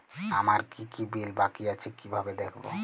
আমার কি কি বিল বাকী আছে কিভাবে দেখবো?